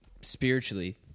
spiritually